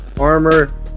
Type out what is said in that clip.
armor